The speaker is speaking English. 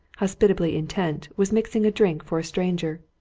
hospitably intent, was mixing a drink for a stranger.